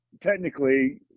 technically